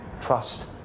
Trust